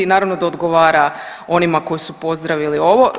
Naravno da odgovara onima koji su pozdravili ovo.